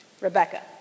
Rebecca